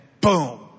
Boom